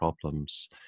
problems